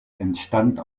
entstand